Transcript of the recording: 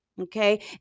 okay